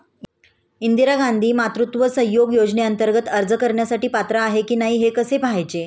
इंदिरा गांधी मातृत्व सहयोग योजनेअंतर्गत अर्ज करण्यासाठी पात्र आहे की नाही हे कसे पाहायचे?